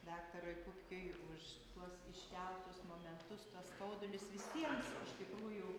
daktarui pupkiui už tuos iškeltus momentus tuos skaudulius visiems iš tikrųjų